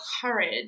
courage